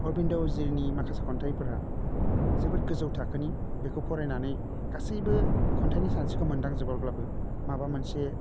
अरबिन्द उजिरनि माखासे खन्थाइफोरा जोबोर गोजौ थाखोनि बेखौ फरायनानै गासैबो खन्थाइनि सानस्रिखौ मोनदां जोबाब्लाबो माबा मोनसे